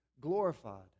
glorified